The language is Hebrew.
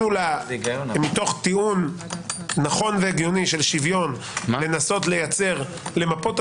מתוך טיעון נכון והגיוני של שוויון ניסינו למפות את